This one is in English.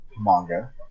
manga